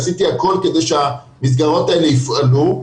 עשיתי הכל כדי שהמסגרות האלה יפעלו?